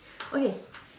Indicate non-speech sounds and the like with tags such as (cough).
(noise) okay